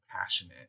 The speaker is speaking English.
passionate